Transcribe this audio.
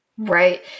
Right